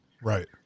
Right